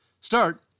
Start